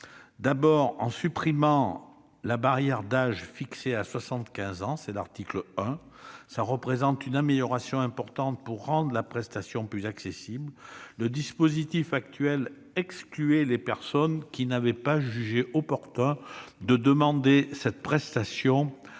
L'article 1 supprime la barrière d'âge fixée à 75 ans. Il s'agit là d'une amélioration importante pour rendre la prestation plus accessible. Le dispositif actuel excluait les personnes qui n'avaient pas jugé opportun de demander cette prestation